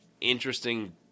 interesting